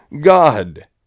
God